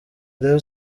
rayon